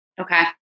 Okay